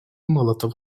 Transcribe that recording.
molotov